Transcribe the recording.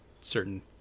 certain